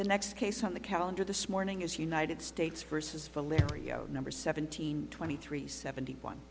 the next case on the calendar this morning is united states versus for larry you know number seventeen twenty three seventy one